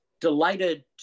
delighted